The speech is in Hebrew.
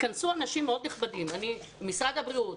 התכנסו אנשים מאוד נכבדים משרד הבריאות,